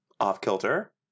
off-kilter